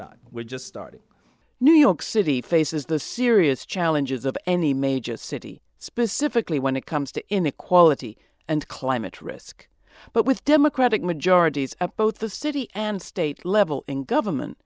not we're just starting new york city faces the serious challenges of any major city specifically when it comes to inequality and climate risk but with democratic majorities at both the city and state level in government